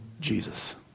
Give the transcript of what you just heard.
Jesus